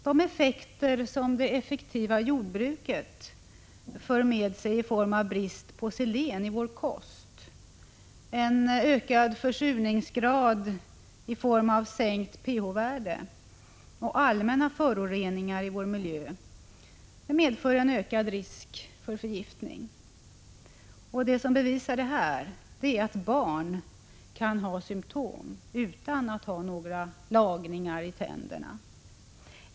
De effekter som det effektiva jordbruket för med sig i form av brist på selen i vår kost, en ökad försurningsgrad i form av sänkt pH-värde och allmänna föroreningar i vår miljö medför ökad risk för förgiftning. Det som bevisar detta är att barn kan ha symptom utan att ha några lagningar av tänderna.